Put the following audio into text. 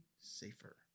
safer